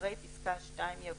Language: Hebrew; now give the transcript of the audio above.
אחרי פסקה (2) יבוא: